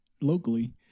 locally